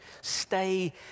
stay